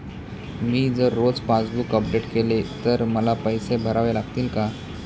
मी जर रोज passbook update केले तर मला पैसे भरावे लागतील का?